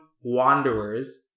Wanderers